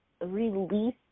Release